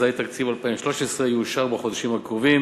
אזי תקציב 2013 יאושר בחודשים הקרובים